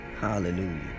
Hallelujah